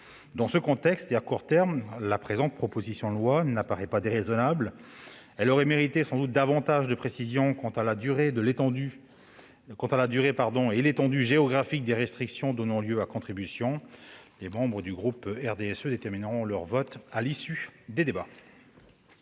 Dans ce contexte, et à court terme, la présente proposition de loi n'apparaît pas déraisonnable. Elle aurait mérité sans doute davantage de précisions quant à la durée et à l'étendue géographique des restrictions donnant lieu à contribution. Les membres du groupe RDSE détermineront leur vote à l'issue des débats.